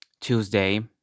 Tuesday